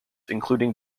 including